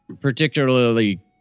particularly